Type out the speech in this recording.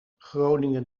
groningen